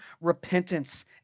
repentance